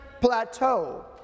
plateau